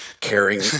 Caring